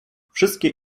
wszystkie